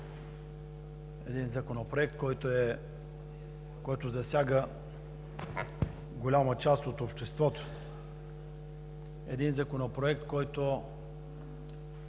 един законопроект, който засяга голяма част от обществото, един законопроект, който